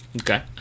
Okay